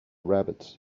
rabbits